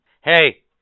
Hey